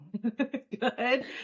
Good